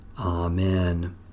Amen